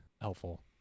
helpful